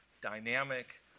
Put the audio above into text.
dynamic